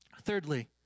Thirdly